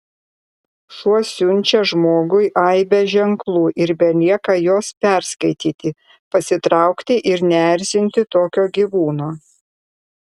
šuo siunčia žmogui aibę ženklų ir belieka juos perskaityti pasitraukti ir neerzinti tokio gyvūno